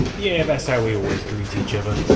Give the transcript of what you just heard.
yeah that's how we always greet each other.